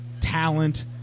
talent